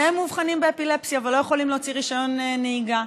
שניהם מאובחנים באפילפסיה ולא יכולים להוציא רישיון נהיגה.